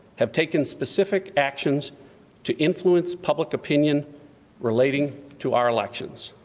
have taken specific actions to influence public opinion relating to our elections.